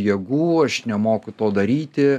jėgų aš nemoku to daryti